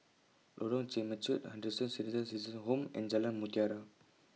Lorong Temechut Henderson Senior Citizens' Home and Jalan Mutiara